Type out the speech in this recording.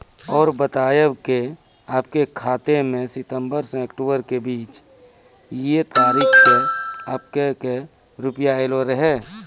और बतायब के आपके खाते मे सितंबर से अक्टूबर के बीज ये तारीख के आपके के रुपिया येलो रहे?